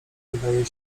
wydaje